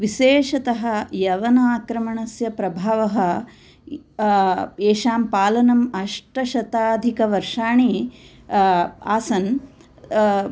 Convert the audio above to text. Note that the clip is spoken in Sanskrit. विशेषतः यवन आक्रमणस्य प्रभावः येषां पालनम् अष्टशताधिकवर्षाणि आसन्